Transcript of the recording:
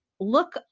look